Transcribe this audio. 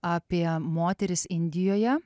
apie moteris indijoje